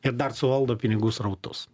ir dar suvaldo pinigų srautus